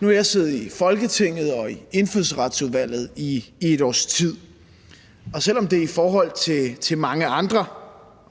Nu har jeg siddet i Folketinget og i Indfødsretsudvalget i et års tid. Og selv om det i forhold til mange andre,